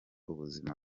ubuzima